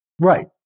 Right